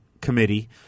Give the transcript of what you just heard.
committee